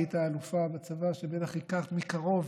היית אלופה בצבא ובטח הכרת מקרוב